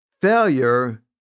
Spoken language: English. failure